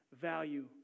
value